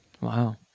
Wow